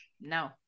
No